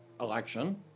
election